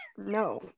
No